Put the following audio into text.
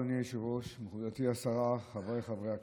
אדוני היושב-ראש, גברתי השרה, חבריי חברי הכנסת,